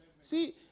See